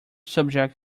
subject